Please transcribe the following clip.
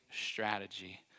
strategy